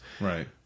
Right